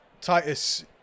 Titus